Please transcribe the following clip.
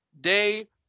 day